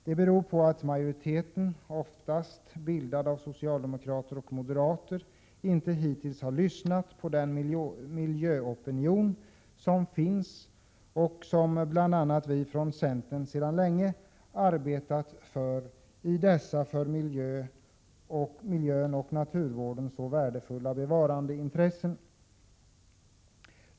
Det beror på att majoriteten, oftast bildad av socialdemokrater och moderater, hittills inte har lyssnat på den miljöopinion som finns och som bl.a. vi från centern sedan länge arbetat för när det gäller dessa för miljön och naturvården så värdefulla bevarandeintressen.